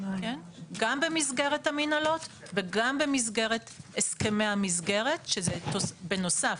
גם במסגרת המנהלות וגם במסגרת הסכמי המסגרת שזה בנוסף,